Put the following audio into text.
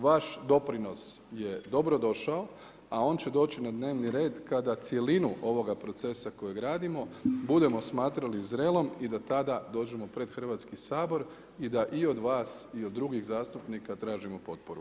Vaš doprinos je dobro došao a on će doći na dnevni red kada cjelinu ovoga procesa kojeg radimo budemo smatrali zrelom i da tada dođemo pred Hrvatski sabor i da i od vas i od drugih zastupnika tražimo potporu.